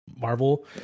Marvel